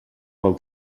pel